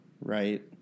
right